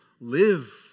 live